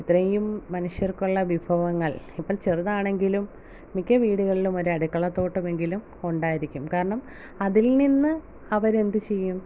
ഇത്രയും മനുഷ്യർക്കുള്ള വിഭവങ്ങൾ ഇപ്പം ചെറുതാണെങ്കിലും മിക്ക വീടുകളിലും ഒരു അടുക്കളത്തോട്ടമെങ്കിലും ഉണ്ടായിരിക്കും കാരണം അതിൽ നിന്ന് അവർ എന്തുചെയ്യും